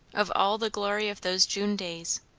of all the glory of those june days,